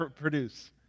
produce